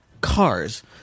cars